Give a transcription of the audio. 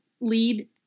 lead